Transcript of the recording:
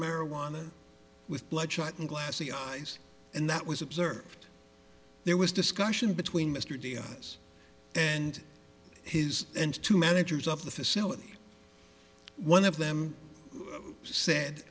marijuana with bloodshot and glassy eyes and that was observed there was discussion between mr diaz and his and two managers of the facility one of them said